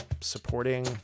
supporting